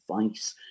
advice